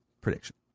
prediction